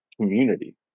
community